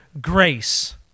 grace